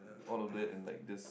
all of that and like just